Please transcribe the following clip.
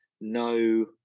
no